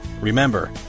Remember